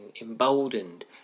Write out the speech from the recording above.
emboldened